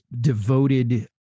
devoted